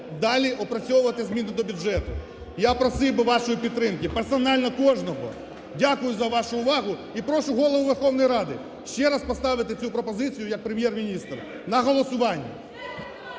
далі опрацьовувати зміни до бюджету. Я просив би вашої підтримки. Персонально кожного! Дякую за вашу увагу, і прошу Голову Верховної Ради ще раз поставити цю пропозицію, як Прем’єр-міністр, на голосування.